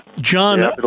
John